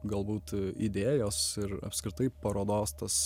galbūt idėjos ir apskritai parodos tas